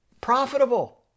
Profitable